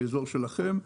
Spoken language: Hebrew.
באזור שלכם.